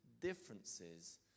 differences